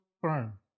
firm